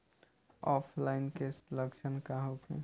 ऑफलाइनके लक्षण का होखे?